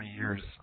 years